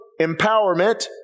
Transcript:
empowerment